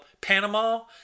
Panama